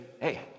hey